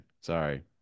Sorry